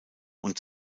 und